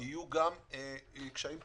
יהיו גם קשיים פדגוגיים,